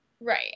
Right